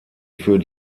für